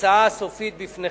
ההצעה הסופית בפניכם.